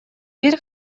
бир